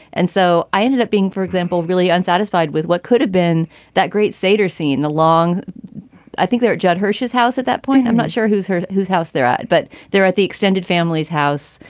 and so i ended up being, for example, really unsatisfied with what could have been that great sader scene, the long i think there judd hirsch's house at that point. i'm not sure who's her whose house they're at, but they're at the extended family's house,